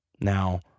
Now